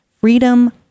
Freedom